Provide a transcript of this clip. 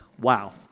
wow